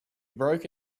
broke